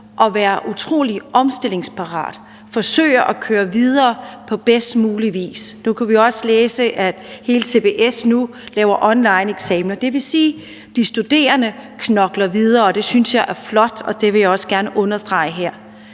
at være utrolig omstillingsparat og forsøger at køre videre på bedst mulig vis. Nu kunne vi også læse, at hele CBS laver onlineeksaminer. Det vil sige, at de studerende knokler videre, og det synes jeg er flot, og det vil jeg også gerne understrege her.